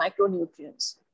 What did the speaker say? micronutrients